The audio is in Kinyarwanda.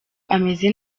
ameze